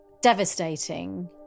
devastating